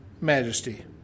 majesty